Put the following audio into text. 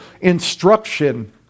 instruction